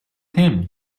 him